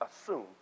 assume